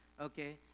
okay